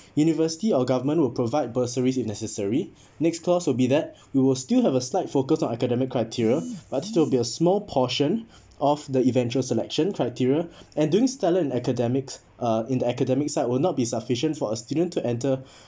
university or government will provide bursaries if necessary next clause will be that we will still have a slight focus on academic criteria but still be a small portion of the eventual selection criteria and doing stellar in academics uh in the academic side will not be sufficient for a student to enter